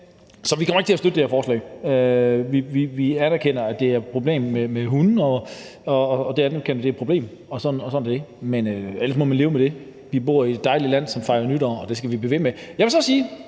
Så vi kommer ikke til at støtte det her forslag. Vi anerkender, at der er et problem med hunde – det anerkender vi er et problem, og sådan er det. Men ellers må man leve med det; vi bor i et dejligt land, som fejrer nytår, og det skal vi blive ved